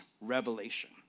revelation